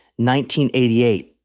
1988